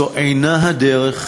זו אינה הדרך,